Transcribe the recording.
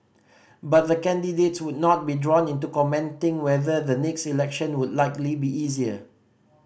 but the candidates would not be drawn into commenting whether the next election would likely be easier